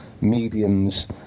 mediums